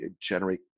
generate